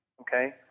okay